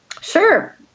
Sure